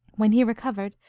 when he recovered,